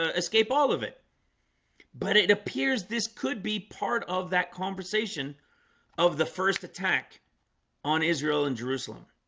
ah escape all of it but it appears this could be part of that conversation of the first attack on israel in jerusalem